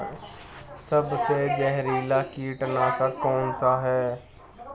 सबसे जहरीला कीटनाशक कौन सा है?